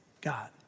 God